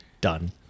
Done